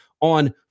on